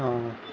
ہاں